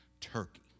Turkey